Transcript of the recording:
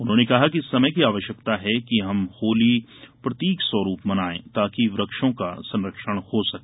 उन्होंने कहा कि समय की आवश्यकता है कि हम होली प्रतीक स्वरूप मनाये ताकि वृक्षों का संरक्षण हो सके